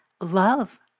love